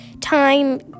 time